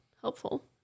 helpful